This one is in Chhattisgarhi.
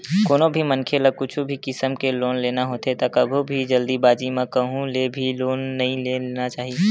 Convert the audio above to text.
कोनो भी मनखे ल कुछु भी किसम के लोन लेना होथे त कभू भी जल्दीबाजी म कहूँ ले भी लोन नइ ले लेना चाही